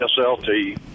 slt